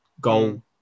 goal